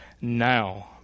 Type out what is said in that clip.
now